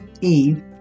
Eve